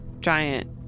giant